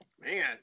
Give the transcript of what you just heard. Man